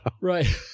Right